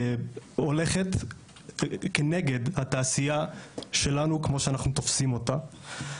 הולכת כנגד התעשייה שלנו כמו שאנחנו תופסים אותה.